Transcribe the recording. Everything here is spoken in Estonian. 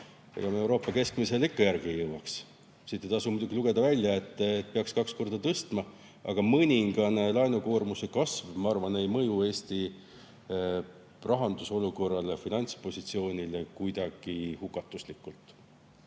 ega me Euroopa keskmisele ikka järele ei jõuaks. Siit ei tasu muidugi lugeda välja, et peaks kaks korda tõstma, aga mõningane laenukoormuse kasv, ma arvan, ei mõju Eesti rahanduse olukorrale ja finantspositsioonile kuidagi hukatuslikult.